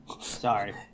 Sorry